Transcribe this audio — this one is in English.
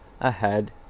ahead